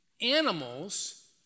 Animals